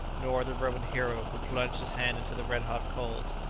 nor of the roman hero who plunged his hand into the red-hot coals,